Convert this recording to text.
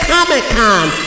Comic-Con